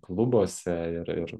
klubuose ir ir